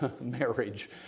marriage